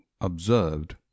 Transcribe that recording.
observed